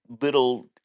little